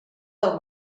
del